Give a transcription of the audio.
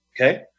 Okay